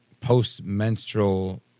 post-menstrual